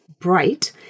bright